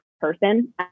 person